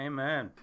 Amen